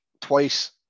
twice